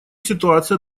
ситуация